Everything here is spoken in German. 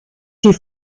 die